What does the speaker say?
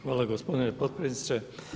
Hvala gospodine potpredsjedniče.